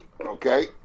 Okay